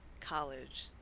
college